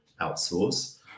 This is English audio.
outsource